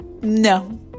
no